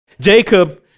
Jacob